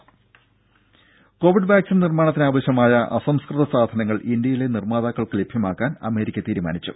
ദേഴ Covid vaccine നിർമാണത്തിനാവശ്യമായ അസംസ്കൃത സാധനങ്ങൾ ഇന്ത്യയിലെ നിർമാതാക്കൾക്ക് ലഭ്യമാക്കാൻ അമേരിക്ക തീരുമാനിച്ചു